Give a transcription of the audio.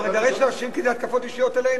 אנחנו נדרשים להשיב כי זה התקפות אישיות עלינו.